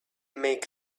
make